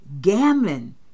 gambling